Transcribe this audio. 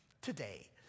today